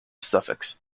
suffix